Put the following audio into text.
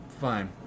Fine